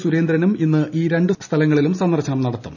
സുരേന്ദ്രനും ഇന്ന് ഇൌ രണ്ടു സ്ഥലങ്ങളിലും സന്ദർശനം നടത്തും